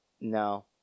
No